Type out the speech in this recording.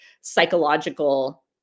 psychological